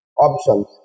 options